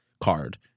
card